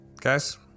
guys